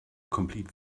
complete